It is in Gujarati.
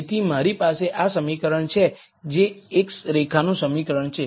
તેથી મારી પાસે આ સમીકરણ છે જે એક રેખાનું સમીકરણ છે